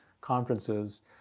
conferences